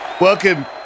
Welcome